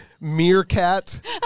Meerkat